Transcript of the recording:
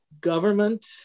government